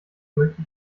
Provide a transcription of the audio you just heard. möchte